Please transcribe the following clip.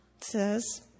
says